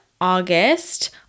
August